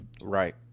Right